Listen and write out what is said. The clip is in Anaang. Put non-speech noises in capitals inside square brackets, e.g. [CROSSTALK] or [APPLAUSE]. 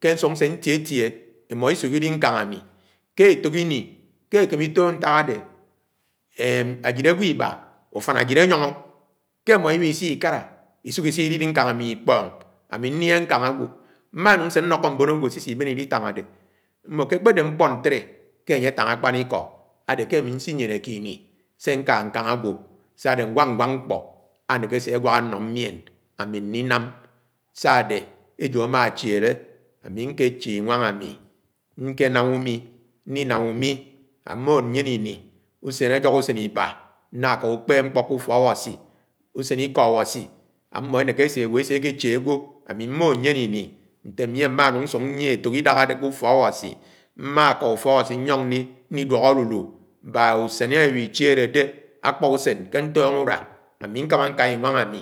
Ké asúk nsé ñlietie imi isuk ili nkang ami ke etok ini ke akama ito ñtak ade [HESITATION] ajid agwo iba ùfan ajid ányóngó ké emó iwihó isikárá asi ilili ñkáng ami ikpong ami ñliké ñkáng ágwó mma núng se ñlokó mbón agwo si-isibén ilitáng ade mmo ke kpédé mkpo nteli ké ánye atáng akpán iko ádé ke ami nsinyeñéké ini se ñke ñkang agwo sa-ade nwák ñwák ñkpo aneke asé añwak ano nyién ami ninám sá-adé ejo ámáchiúee ámè ñkéché inwáng ami nké nám ùmi ñdinám úmi ámóhó nyéné ini úsén iba, ñña ka ùkpób ñkpo ke ùfọkAwasi usen IkoAwasi amo eneke ese awo eseke eihi agwo ami móhó ñyéné ini nte ami mmó núng ñsúk ñyéné efok idaha ke úfokAwasi m̄makà ufọkAwasi ñyóng ñhi dúok alúdú baak usen awi chidédé okpá usén ke ñtónó úruá ami ñkámá nka inwáng ami